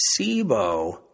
SIBO